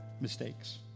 mistakes